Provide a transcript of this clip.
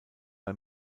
bei